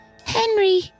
Henry